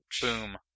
Boom